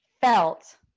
felt